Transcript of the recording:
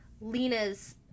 lena's